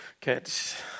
catch